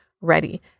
ready